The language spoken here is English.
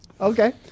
Okay